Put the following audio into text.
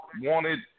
wanted